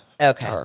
Okay